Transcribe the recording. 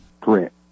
Correct